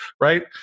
right